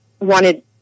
wanted